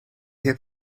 heb